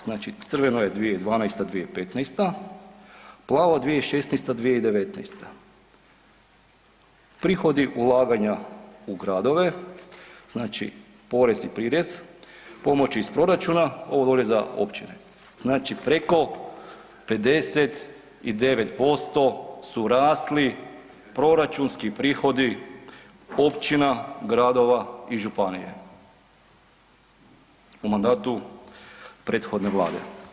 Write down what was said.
Znači, crveno je 2012.-2015., plavo 2016.-2019. prihodi ulaganja u gradove, znači porez i prirez, pomoći iz proračuna ovo dolje za općine, znači preko 59% su rasli proračunski prihodi općina, gradova i županije u mandatu prethodne vlade.